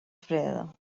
freda